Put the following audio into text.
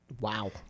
wow